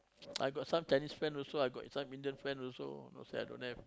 I got some Chinese friends also I got some Indian friends also don't say I don't have